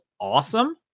awesome